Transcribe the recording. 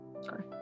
Sorry